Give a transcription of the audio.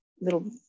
little